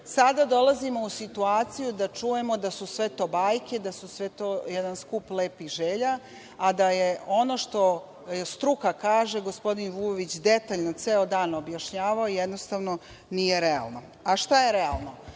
Sada dolazimo u situaciju da čujemo da su sve to bajke, da su sve to jedan skup lepih želja, a da je ono što struka kaže, gospodin Vujović detaljno ceo dan objašnjavao jednostavno nije realno. Šta je realno?